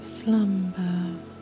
slumber